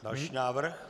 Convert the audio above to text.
Další návrh?